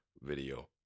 video